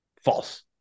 False